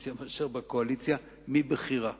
באופוזיציה מאשר בקואליציה, מבחירה.